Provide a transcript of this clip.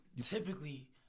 typically